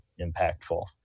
impactful